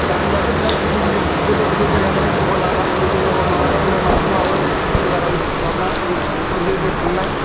गामियाथ' बिराद गिदिर गिदिर गोथौ गोथौ जायगा दं लादांगुरि दंनो मा दं बेफोरखौ जों बारा मिथिस्लाबला जों उन्दै उन्दैआव थांनाय